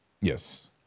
Yes